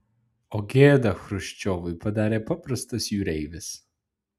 o gėdą chruščiovui padarė paprastas jūreivis